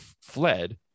fled